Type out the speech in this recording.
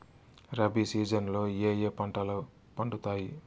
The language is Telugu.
రబి సీజన్ లో ఏ ఏ పంటలు పండుతాయి